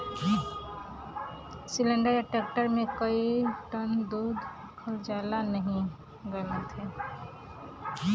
cylinder या tanker मे कई टन दूध रखल जाला